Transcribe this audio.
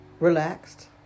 Relaxed